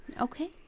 Okay